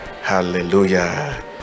Hallelujah